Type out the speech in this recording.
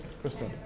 Kristen